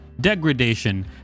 degradation